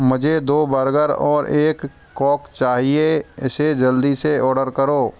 मुझे दो बर्गर और एक कोक चाहिए इसे जल्दी से ऑर्डर करो